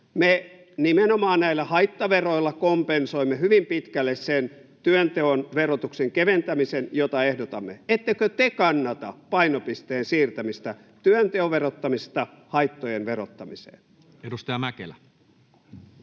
me nimenomaan näillä haittaveroilla kompensoimme hyvin pitkälle sen työnteon verotuksen keventämisen, jota ehdotamme. Ettekö te kannata painopisteen siirtämistä työnteon verottamisesta haittojen verottamiseen? Edustaja Mäkelä.